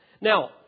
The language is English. Now